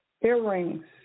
earrings